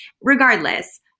regardless